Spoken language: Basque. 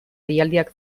deialdiak